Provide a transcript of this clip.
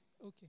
Okay